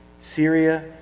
Syria